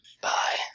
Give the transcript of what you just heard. Bye